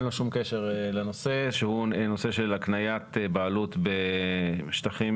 לו שום קשר לנושא שהוא נושא של הקניית בעלות בשטחים,